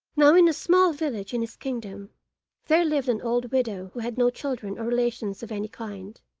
now, in a small village in his kingdom there lived an old widow who had no children or relations of any kind.